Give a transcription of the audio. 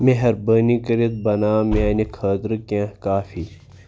مٮ۪ہربٲنی کٔرِتھ بناو میٛانہِ خٲطرٕ کیٚنٛہہِ کافی